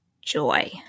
joy